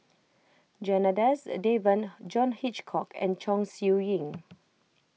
Janadas Devan John Hitchcock and Chong Siew Ying